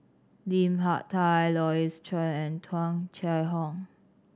Lim Hak Tai Louis Chen and Tung Chye Hong